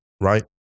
right